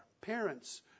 Parents